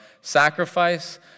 sacrifice